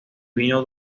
vino